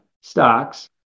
stocks